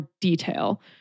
detail